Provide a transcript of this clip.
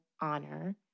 honor